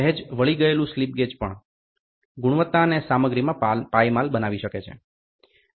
સહેજ વળી ગયેલું સ્લિપ ગેજ પણ ગુણવત્તા અને સામગ્રીમાં પાયમાલ બનાવી શકે છે